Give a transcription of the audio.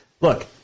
Look